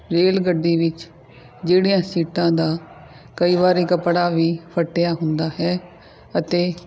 rail ਗੱਡੀ ਵਿੱਚ ਜਿਹੜੀਆਂ ਸੀਟਾਂ ਦਾ ਕਈ ਵਾਰੀ ਕੱਪੜਾ ਵੀ ਫਟਿਆ ਹੁੰਦਾ ਹੈ ਅਤੇ